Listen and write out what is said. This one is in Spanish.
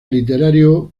literario